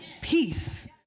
peace